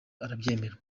arabyemera